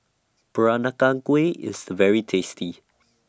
Peranakan Kueh IS very tasty